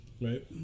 Right